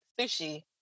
Sushi